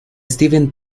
steven